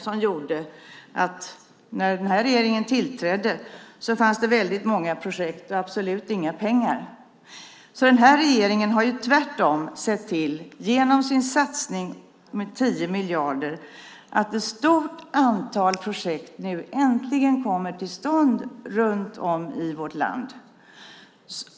Det gjorde att när den här regeringen tillträdde fanns det väldigt många projekt och absolut inga pengar. Den här regeringen har tvärtom, genom sin satsning på 10 miljarder, sett till att ett stort antal projekt nu äntligen kommer till stånd runt om i vårt land.